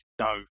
No